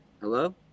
hello